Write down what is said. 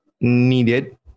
needed